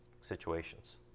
situations